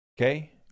Okay